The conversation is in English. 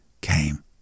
came